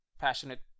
passionate